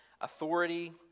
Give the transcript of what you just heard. authority